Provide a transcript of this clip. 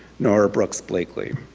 nora brooks blakely.